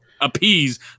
appease